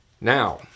Now